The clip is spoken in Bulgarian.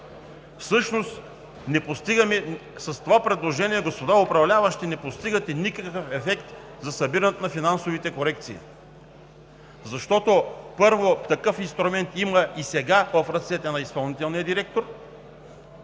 догонваме. С това предложение, господа управляващи, не постигате никакъв ефект за събиране на финансовите корекции, защото, първо, такъв инструмент има и сега в ръцете на изпълнителния директор.